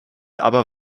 aber